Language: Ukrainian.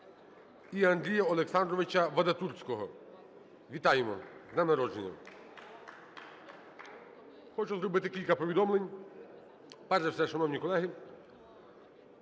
І Андрія Олександровича Вадатурського. Вітаємо з днем народження. (Оплески) Хочу зробити кілька повідомлень. Перш за все, шановні колеги,